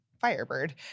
firebird